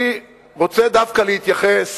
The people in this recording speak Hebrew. אני רוצה דווקא להתייחס,